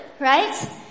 right